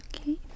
okay